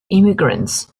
emigrants